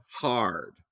hard